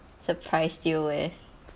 surprised you with